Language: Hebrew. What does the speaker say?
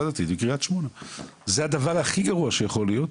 דתית בקריית שמונה - זה הדבר הכי גרוע שיכול להיות.